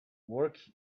work